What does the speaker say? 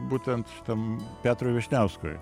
būtent šitam petrui vyšniauskui